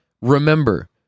remember